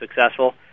successful